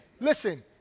Listen